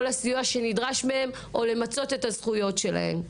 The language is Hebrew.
הסיוע שנדרש להן או למצות את הזכויות שלהן.